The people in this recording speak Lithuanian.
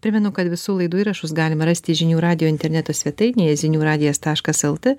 primenu kad visų laidų įrašus galima rasti žinių radijo interneto svetainėje ziniuradijas taškas lt